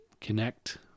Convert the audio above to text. connect